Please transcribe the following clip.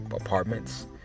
apartments